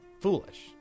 foolish